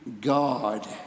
God